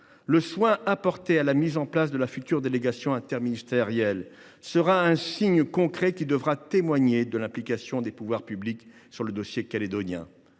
Le soin apporté à la mise en place de la future délégation interministérielle devra en particulier témoigner de l’implication des pouvoirs publics sur le dossier néo calédonien.